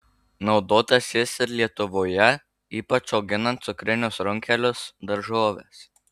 naudotas jis ir lietuvoje ypač auginant cukrinius runkelius daržoves